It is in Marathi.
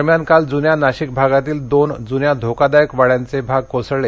दरम्यान काल जुन्या नाशिक भागातील दोन जुन्या धोकादायक वाड्यांचे भाग कोसळले